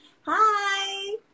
Hi